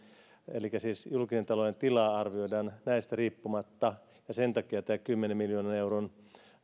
elikkä siis julkisen talouden tilaa arvioidaan näistä riippumatta ja sen takia tämä kymmenen miljoonan euron